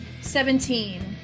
seventeen